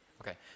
Okay